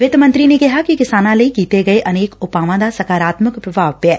ਵਿੱਤ ਮੰਤਰੀ ਨੇ ਕਿਹਾ ਕਿ ਕਿਸਾਨਾਂ ਲਈ ਕੀਤੇ ਗਏ ਅਨੇਕ ਉਪਾਆ ਦਾ ਸਕਾਰਾਤਮਕ ਪੁਭਾਵ ਪਿਐ